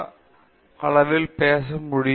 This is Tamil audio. எனவே அதனால் நீங்கள் சரியா சரியான அளவில் பேச முடியும்